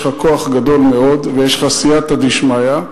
יש לך כוח גדול מאוד ויש לך סייעתא דשמיא.